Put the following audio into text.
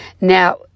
Now